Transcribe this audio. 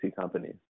companies